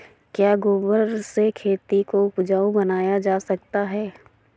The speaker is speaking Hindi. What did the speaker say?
क्या गोबर से खेती को उपजाउ बनाया जा सकता है?